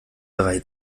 drei